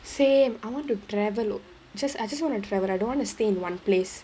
same I want to travel look just I just want to travel I don't want to stay in one place